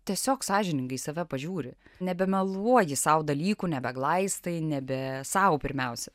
tiesiog sąžiningai save pažiūri nebemeluoji sau dalykų nebeglaistai nebe sau pirmiausia